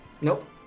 Nope